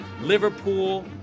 Liverpool